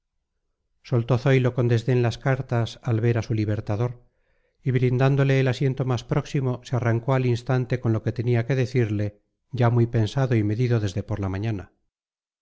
soltó zoilo con desdén las cartas al ver a su libertador y brindándole el asiento más próximo se arrancó al instante con lo que tenía que decirle ya muy pensado y medido desde por la mañana